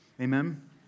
Amen